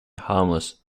harmless